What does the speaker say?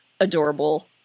adorable